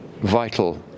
vital